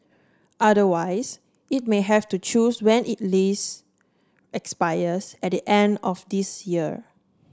otherwise it may have to close when it lease expires at the end of this year